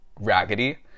Raggedy